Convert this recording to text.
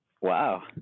Wow